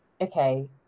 okay